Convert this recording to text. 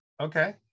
Okay